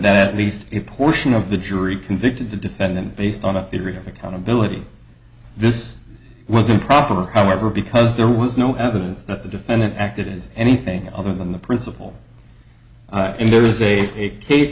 that at least a portion of the jury convicted the defendant based on a theory of accountability this was improper however because there was no evidence that the defendant acted as anything other than the principal and there is a case